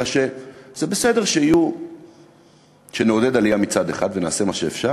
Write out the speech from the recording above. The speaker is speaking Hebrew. אלא שזה בסדר שנעודד עלייה מצד אחד ונעשה מה שאפשר,